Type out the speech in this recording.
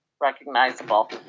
recognizable